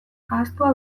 ahaztua